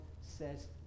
says